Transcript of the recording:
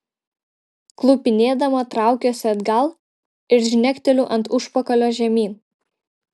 klupinėdama traukiuosi atgal ir žnekteliu ant užpakalio žemyn